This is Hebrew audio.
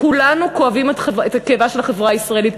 כולנו כואבים את כאבה של החברה הישראלית.